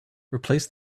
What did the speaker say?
replace